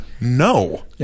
no